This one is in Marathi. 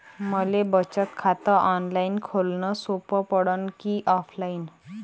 मले बचत खात ऑनलाईन खोलन सोपं पडन की ऑफलाईन?